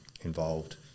involved